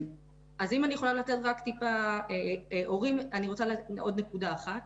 אז רוצה לומר עוד נקודה אחת,